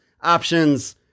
options